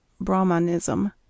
Brahmanism